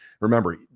Remember